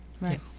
Right